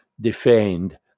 defend